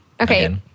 Okay